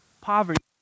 poverty